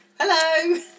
Hello